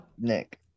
Nick